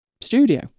studio